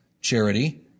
charity